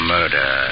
Murder